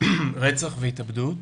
רצח והתאבדות